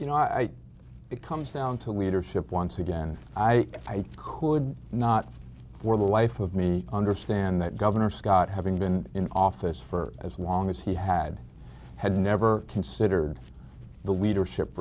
you know it comes down to leadership once again and i could not for the life of me understand that governor scott having been in office for as long as he had had never considered the leadership